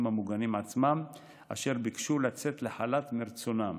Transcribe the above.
המוגנים עצמם אשר ביקשו לצאת לחל"ת מרצונם.